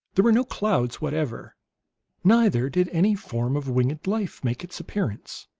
there were no clouds whatever neither did any form of winged life make its appearance.